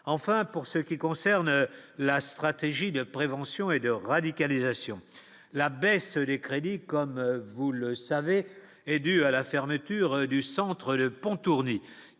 enfin pour ce qui concerne la stratégie de prévention et de radicalisation, la baisse des crédits, comme vous le savez, est due à la fermeture du centre de pont qui,